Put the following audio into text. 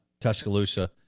Tuscaloosa